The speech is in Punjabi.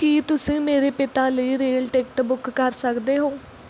ਕੀ ਤੁਸੀਂ ਮੇਰੇ ਪਿਤਾ ਲਈ ਰੇਲ ਟਿਕਟ ਬੁੱਕ ਕਰ ਸਕਦੇ ਹੋ